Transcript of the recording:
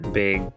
big